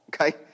okay